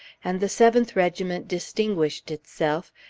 and the seventh regiment distinguished itself,